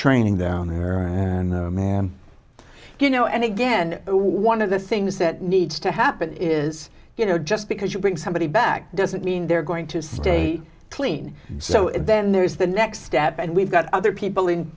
training down there and you know and again one of the things that needs to happen is you know just because you bring somebody back doesn't mean they're going to stay clean so then there is the next step and we've got other people in